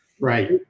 Right